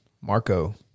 Marco